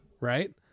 Right